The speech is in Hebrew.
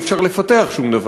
אי-אפשר לפתח שום דבר.